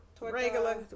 regular